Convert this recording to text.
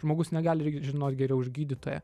žmogus negali žinot geriau už gydytoją